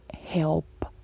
help